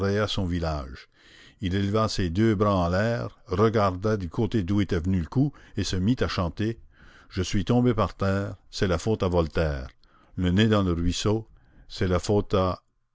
son visage il éleva ses deux bras en l'air regarda du côté d'où était venu le coup et se mit à chanter je suis tombé par terre c'est la faute à voltaire le nez dans le ruisseau c'est la faute à